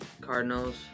Cardinals